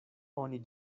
oni